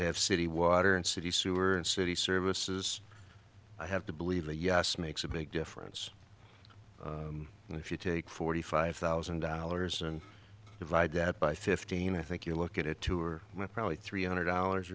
have city water and city sewer and city services i have to believe that yes makes a big difference and if you take forty five thousand dollars and divide that by fifteen i think you look at it two or probably three hundred dollars